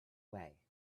way